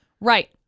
Right